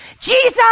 Jesus